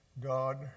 God